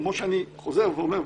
אני חוזר ואומר,